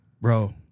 Bro